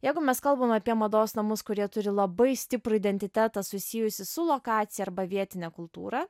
jeigu mes kalbam apie mados namus kurie turi labai stiprų identitetą susijusį su lokacija arba vietine kultūra